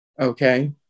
Okay